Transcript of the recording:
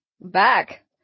Back